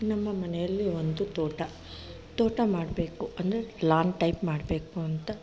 ನಮ್ಮ ಮನೆಯಲ್ಲಿ ಒಂದು ತೋಟ ತೋಟ ಮಾಡಬೇಕು ಅಂದರೆ ಲಾನ್ ಟೈಪ್ ಮಾಡಬೇಕು ಅಂತ